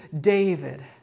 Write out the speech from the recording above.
David